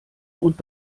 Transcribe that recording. und